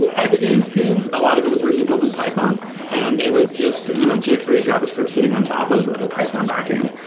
but as a game's team, a lot of it was originally built in python and it was just you know jqeuery, javascript sitting on top of of a python backend.